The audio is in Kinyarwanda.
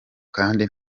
kandi